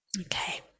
Okay